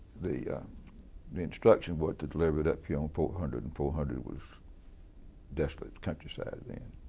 the the instructions were to deliver it up here on four hundred and four hundred was desolate countryside then,